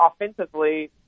offensively